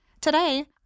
Today